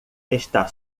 está